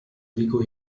dico